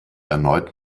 erneut